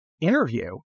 interview